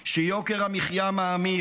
שיוקר המחיה מאמיר,